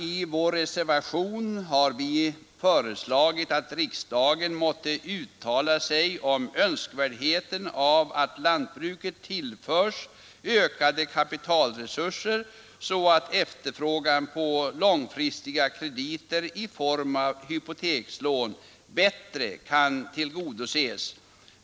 I vår reservation har vi hemställt att riksdagen måtte uttala önskvärdheten av att lantbruket tillförs ökade kapitalresurser så att efterfrågan på långfristiga krediter i form av hypotekslån bättre kan tillgodoses.